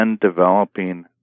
developing